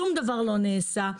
שום דבר לא נעשה.